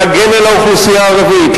להגן על האוכלוסייה הערבית,